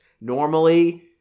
Normally